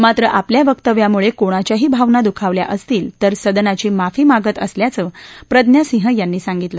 मात्र आपल्या वक्तव्यामुळे कोणाच्याही भावना दुखावल्या असतील तर सदनाची माफी मागत असल्याचं प्रज्ञा सिंह यांनी सांगितलं